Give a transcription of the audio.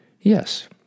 Yes